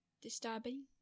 Disturbing